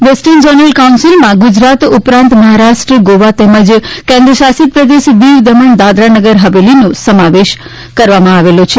western zonal કાઉન્સીલમાં Gujarat ઉપરાંત મહારાષ્ટ્ર ગોવા તેમજ કેન્દ્રશાસિત પ્રદેશ દીવ દમણ દાદરાનગર હવેલીનો સમાવેશ કરવામાં આવેલો છે